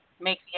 make